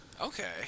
Okay